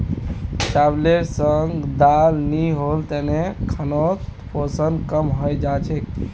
चावलेर संग दाल नी होल तने खानोत पोषण कम हई जा छेक